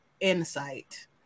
insight